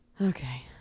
Okay